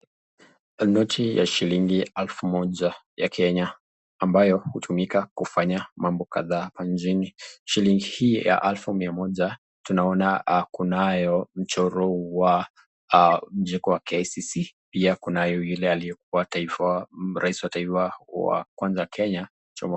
Noti ya shilingi elfu moja ya Kenya ambayo hutumika kufanya mambo kadhaa hapa nchini. Shilingi hii ya elfu moja tunaona kunayo mchoro wa jengo la KICC . Pia kunayo yule aliyekuwa rais wa taifa wa kwanza Kenya.